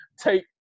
take